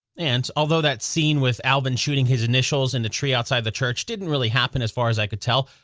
and although that scene with alvin shooting his initials in the tree outside the church didn't really happen as far as i can tell,